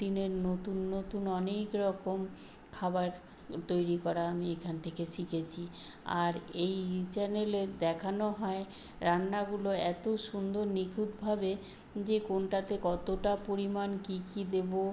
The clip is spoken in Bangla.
দিনের নতুন নতুন অনেক রকম খাবার তৈরি করা আমি এখান থেকে শিখেছি আর এই চ্যানেলে দেখানো হয় রান্নাগুলো এত সুন্দর নিখুঁতভাবে যে কোনটাতে কতটা পরিমাণ কী কী দেবো